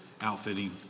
outfitting